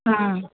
ஆ